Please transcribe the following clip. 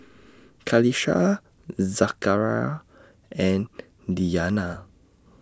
Qalisha Zakaria and Diyana